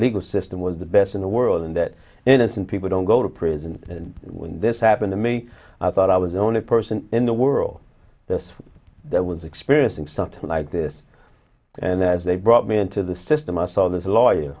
legal system was the best in the world and that innocent people don't go to prison and when this happened to me i thought i was only person in the world that was experiencing something like this and as they brought me into the system i saw this lawyer